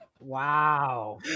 Wow